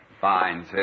Fine